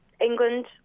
England